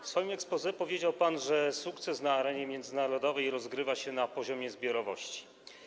W swoim exposé powiedział pan, że sukces na arenie międzynarodowej rozgrywa się na poziomie zbiorowości.